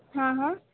हां हां